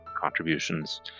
contributions